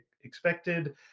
expected